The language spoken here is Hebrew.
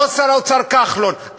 לא שר האוצר כחלון,